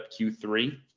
Q3